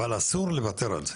אבל אסור לוותר על זה.